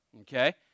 Okay